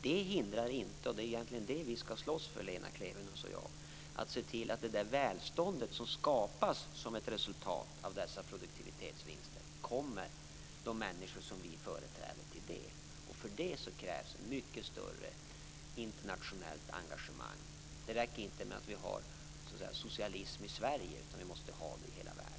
Det Lena Klevenås och jag skall slåss för är att se till att det välstånd som skapas som ett resultat av dessa produktivitetsvinster kommer de människor vi företräder till del. För det krävs ett mycket större internationellt engagemang. Det räcker inte med att vi har socialism i Sverige, utan vi måste ha det i hela världen.